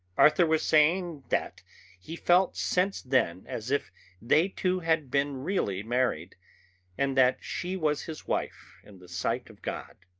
arthur was saying that he felt since then as if they two had been really married and that she was his wife in the sight of god.